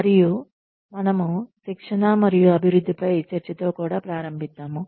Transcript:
మరియు మనము శిక్షణ మరియు అభివృద్ధిపై చర్చ తో కూడా ప్రారంభిద్దాము